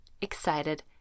excited